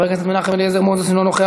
חבר הכנסת מנחם אליעזר מוזס, אינו נוכח.